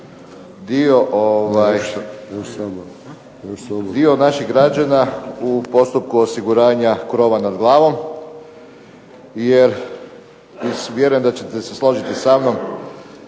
dio naših građana u postupku osiguranja krova nad glavom jer vjerujem da ćete se složiti sa mnom